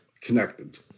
connected